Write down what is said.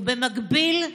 במקביל,